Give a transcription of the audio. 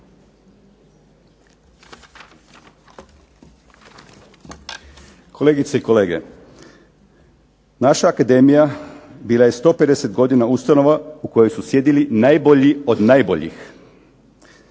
Kolegice i kolege, naša akademija bila je 150 godina ustanova u kojoj su sjedili najbolji od najbolji.